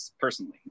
personally